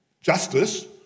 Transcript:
justice